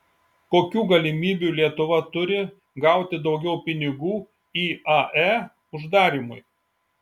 kokių galimybių lietuva turi gauti daugiau pinigų iae uždarymui